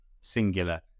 singular